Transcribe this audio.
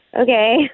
okay